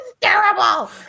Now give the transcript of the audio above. terrible